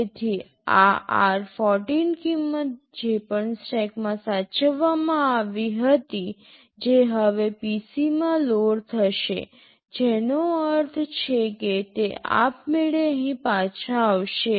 તેથી આ r14 કિંમત જે પણ સ્ટેકમાં સાચવવામાં આવી હતી જે હવે PC માં લોડ થશે જેનો અર્થ છે કે તે આપમેળે અહીં પાછા આવશે